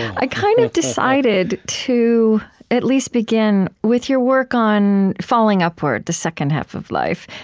i kind of decided to at least begin with your work on falling upward, the second half of life.